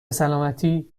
سلامتی